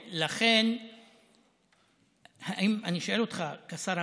לכן אני שואל אותך כשר המקשר: